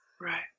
Right